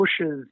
pushes